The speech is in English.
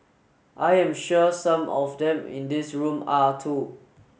I am sure some of them in this room are too